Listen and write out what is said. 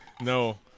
No